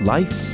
Life